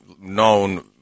known